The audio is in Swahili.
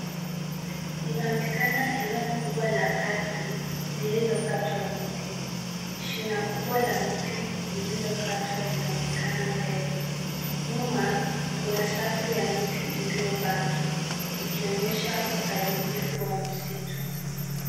Inaonekana eneo kubwa la ardhi lililokatwa miti . Shina kubwa la mti lililokatwa linaonekana mbele. Nyuma, kuna safu ya miti iliyobaki ikionyesha uharibifu wa misitu.